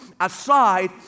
aside